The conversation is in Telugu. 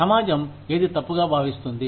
సమాజం ఏది తప్పుగా భావిస్తుంది